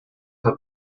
had